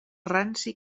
ranci